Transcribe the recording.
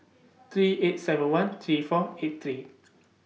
three eight seven one three four eight three